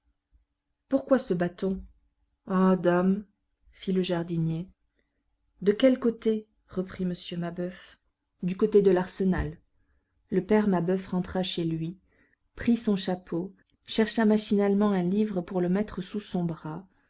pourquoi se bat-on ah dame fit le jardinier de quel côté reprit m mabeuf du côté de l'arsenal le père mabeuf rentra chez lui prit son chapeau chercha machinalement un livre pour le mettre sous son bras